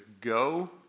go